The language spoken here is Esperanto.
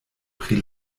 pri